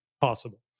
possible